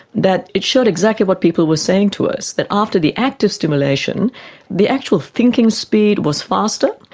that it showed exactly what people were saying to us, that after the act of stimulation the actual thinking speed was faster,